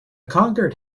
conquered